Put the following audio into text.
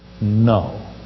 No